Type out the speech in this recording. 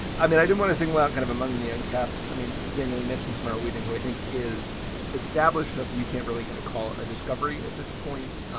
i mean, i don't want to think about kind of among the young cast. i mean, danieli mentioned samarrah within who i think is established enough that you can't really kind of call a discovery at this point.